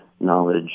knowledge